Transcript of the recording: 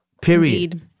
Period